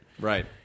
Right